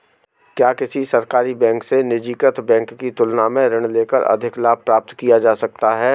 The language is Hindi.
क्या किसी सरकारी बैंक से निजीकृत बैंक की तुलना में ऋण लेकर अधिक लाभ प्राप्त किया जा सकता है?